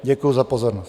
Děkuji za pozornost.